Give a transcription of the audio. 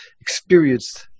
Experienced